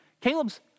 Caleb's